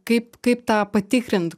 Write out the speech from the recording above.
kaip kaip tą patikrint